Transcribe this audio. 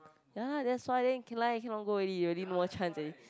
ya that's why then can lie cannot go already you already no more chance already